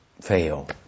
fail